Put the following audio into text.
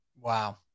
Wow